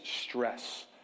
stress